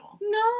No